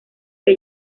que